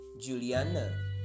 Juliana